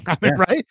Right